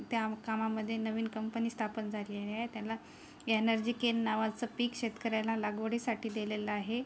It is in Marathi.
त्या कामामध्ये नवीन कंपनी स्थापन झाली आहे त्याला येनर्जी केन नावाचं पीक शेतकऱ्याला लागवडीसाठी दिलेलं आहे